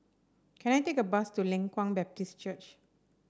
can I take a bus to Leng Kwang Baptist Church